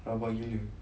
rabak gila